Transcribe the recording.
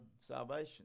salvation